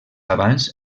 abans